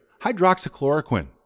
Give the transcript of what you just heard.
Hydroxychloroquine